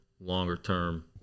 longer-term